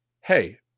hey